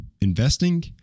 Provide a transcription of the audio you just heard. investing